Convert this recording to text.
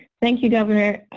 thank you, governor.